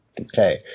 Okay